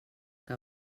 que